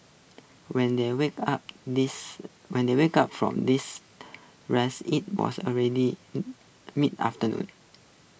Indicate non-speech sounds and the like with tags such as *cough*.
when they woke up these when they woke up from these rest IT was already *unintelligible* mid afternoon